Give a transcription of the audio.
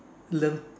learn